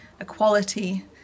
equality